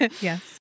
Yes